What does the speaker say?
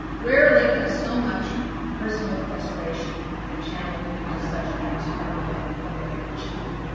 rarely has so much personal frustration been channeled into such transformative public achievement.